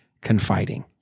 confiding